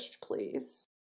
Please